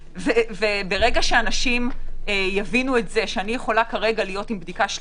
ברגע שאנשים יבינו שאני יכולה להיות עם בדיקה שלילית,